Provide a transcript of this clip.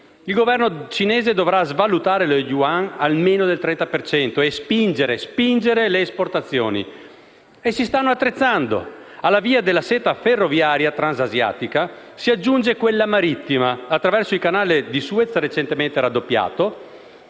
Il Governo cinese dovrà svalutare lo yuan almeno del 30 per cento e spingere, spingere le esportazioni. E si stanno attrezzando: alla via della seta ferroviaria transasiatica, si aggiunge quella marittima, attraverso il canale di Suez recentemente raddoppiato,